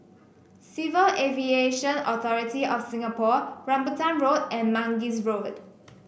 Civil Aviation Authority of Singapore Rambutan Road and Mangis Road